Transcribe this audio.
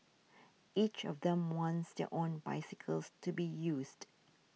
each of them wants their own bicycles to be used